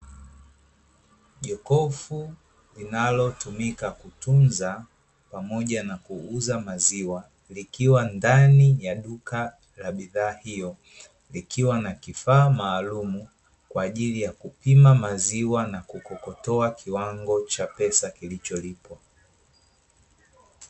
Jokofu linalotumika kutunza pamoja na kuuza maziwa, likiwa ndani ya duka la bidhaa hiyo likiwa na kifaa maalumu, kwaajili ya kupima maziwa na kukokotoa kiwango cha pesa kilicholipwa.